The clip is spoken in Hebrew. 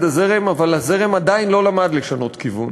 הזרם אבל הזרם עדיין לא למד לשנות כיוון,